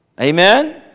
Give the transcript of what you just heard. Amen